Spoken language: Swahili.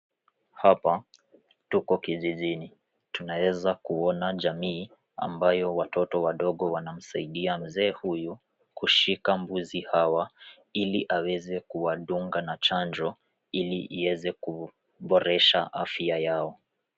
Hapa tuko kijijini tunaeza kuona jamii ambayo watoto wadogo wanamsaidia mzee huyu kushika mbuzi hawa ili aweze kuwadunga na chanjo ili ieze kuboresha afya yao.